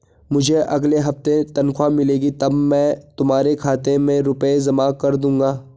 मुझे अगले हफ्ते तनख्वाह मिलेगी तब मैं तुम्हारे खाते में रुपए जमा कर दूंगा